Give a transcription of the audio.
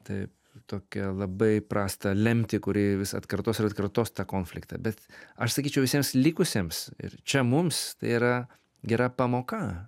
taip tokią labai prastą lemtį kuri vis atkartos ir atkartos tą konfliktą bet aš sakyčiau visiems likusiems ir čia mums tai yra gera pamoka